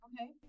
Okay